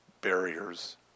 barriers